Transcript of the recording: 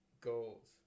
goals